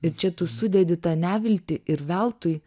ir čia tu sudedi tą neviltį ir veltui